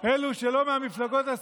ממה אתם פוחדים?